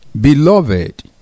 Beloved